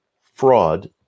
fraud